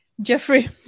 Jeffrey